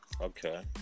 Okay